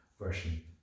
version